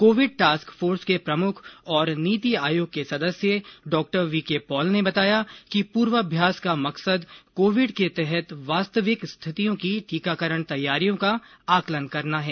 Covid task force के प्रमुख और नीति आयोग के सदस्य डॉ वीके पॉल ने बताया कि पूर्वाभ्यास का मकसद कोविड के तहत वास्तविक स्थितियों में टीकाकरण तैयारियों का आकलन करना है